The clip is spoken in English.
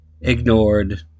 ignored